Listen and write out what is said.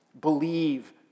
Believe